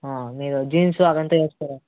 మీరు జీన్సు అదంతా వేసుకురా